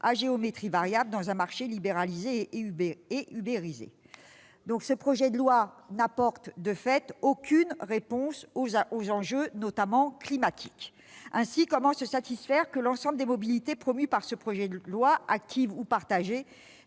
à géométrie variable, dans un marché libéralisé et uberisé. Ce projet de loi n'apporte, de fait, aucune réponse aux enjeux, notamment climatiques. Ainsi, comment se satisfaire que l'ensemble des mobilités promues dans ce projet de loi, qu'elles